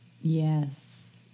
Yes